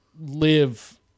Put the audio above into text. live